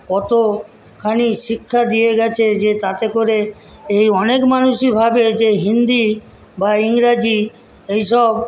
কতখানি শিক্ষা দিয়ে গেছে যে তাতে করে এই অনেক মানুষই ভাবে যে হিন্দি বা ইংরাজি এইসব